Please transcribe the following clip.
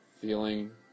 Feeling